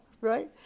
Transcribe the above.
right